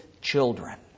children